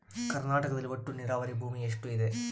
ಕರ್ನಾಟಕದಲ್ಲಿ ಒಟ್ಟು ನೇರಾವರಿ ಭೂಮಿ ಎಷ್ಟು ಇದೆ?